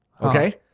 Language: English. Okay